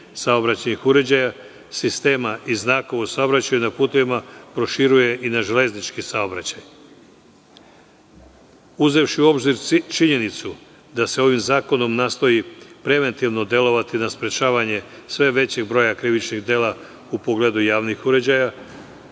saobraćajnih uređaja, sistema i znakova u saobraćaju na putevima, proširuje i na železnički saobraćaj. Uzevši u obzir činjenicu da se ovim zakonom nastoji preventivno delovati na sprečavanje sve većeg broja krivičnih dela u pogledu javnih uređaja,